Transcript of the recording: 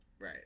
right